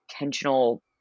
intentional